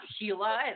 Sheila